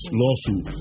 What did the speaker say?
lawsuit